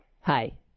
Hi